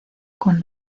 con